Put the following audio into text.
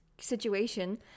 situation